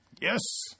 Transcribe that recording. Yes